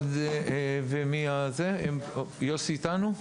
ויוסי איתנו?